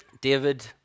David